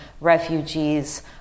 refugees